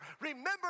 Remember